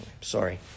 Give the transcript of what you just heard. Sorry